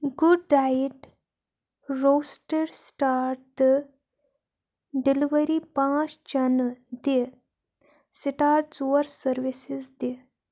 good diet roasted سِٹاٹ تہٕ delivery پانٛژھ چنہٕ دِ سٹار ژور سٕروِسس دِ